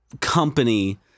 company